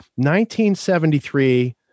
1973